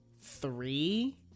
three